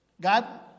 God